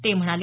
ते म्हणाले